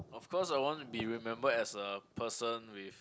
of course I want to be remembered as a person with